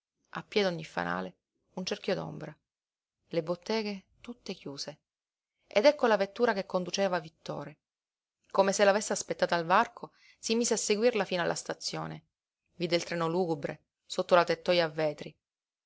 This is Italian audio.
a piè d'ogni fanale un cerchio d'ombra le botteghe tutte chiuse ed ecco la vettura che conduceva vittore come se l'avesse aspettata al varco si mise a seguirla fino alla stazione vide il treno lugubre sotto la tettoja a vetri